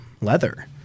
leather